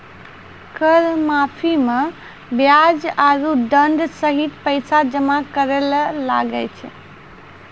कर माफी मे बियाज आरो दंड सहित पैसा जमा करे ले लागै छै